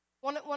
one